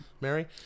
Mary